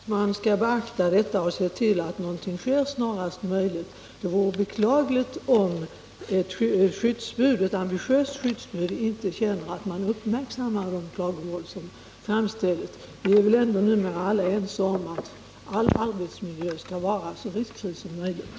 Herr talman! Det är bara bra att man skall beakta detta och se till att någonting görs snarast möjligt. Det vore beklagligt om ett ambitiöst skyddsombud känner att man inte uppmärksammar de klagomål som framställs. Alla är vi numera ense om att all arbetsmiljö skall vara så riskfri som möjligt.